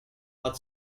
but